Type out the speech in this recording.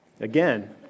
Again